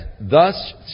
thus